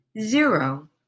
Zero